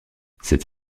cette